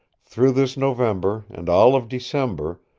through this november, and all of december,